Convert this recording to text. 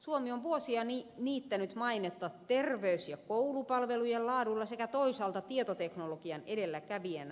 suomi on vuosia niittänyt mainetta terveys ja koulupalvelujen laadulla sekä toisaalta tietoteknologian edelläkävijänä